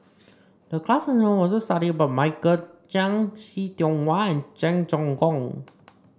the class was to study about Michael Chiang See Tiong Wah Cheong Choong Kong